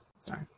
Sorry